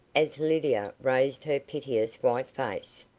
as lydia raised her piteous white face.